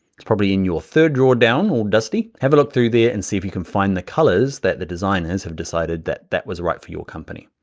it's probably in your third drawer down, all dusty. have a look through there and see if you can find the colors that the designers have decided that that was right for your company.